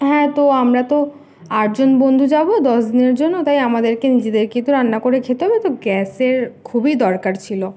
হ্যাঁ তো আমরা তো আটজন বন্ধু যাবো দশ দিনের জন্য তাই আমাদেরকে নিজেদেরকেই তো রান্না করে খেতে হবে তো গ্যাসের খুবই দরকার ছিলো